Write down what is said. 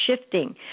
shifting